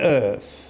earth